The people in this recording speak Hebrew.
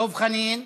דב חנין.